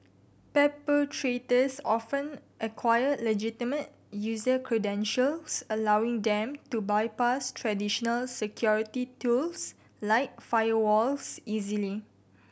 perpetrators often acquire legitimate user credentials allowing them to bypass traditional security tools like firewalls easily